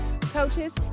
coaches